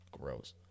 gross